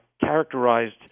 characterized